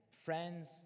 friends